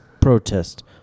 protest